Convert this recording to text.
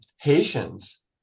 Haitians